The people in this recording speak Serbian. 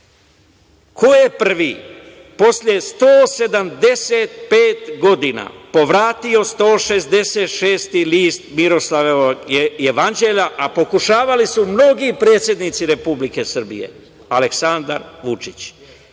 Ko je prvi, posle 175 godina povratio 166. list Miroslavljevog jevanđelja, a pokušavali su mnogi predsednici Republike Srbije? Aleksandar Vučić. Ovo